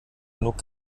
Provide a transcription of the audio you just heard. genug